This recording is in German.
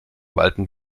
walten